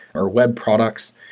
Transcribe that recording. or web products.